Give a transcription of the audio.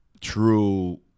true